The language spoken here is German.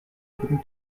guten